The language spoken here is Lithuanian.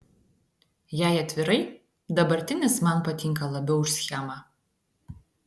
jei atvirai dabartinis man patinka labiau už schemą